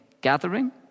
gathering